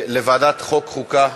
בוועדת החוקה,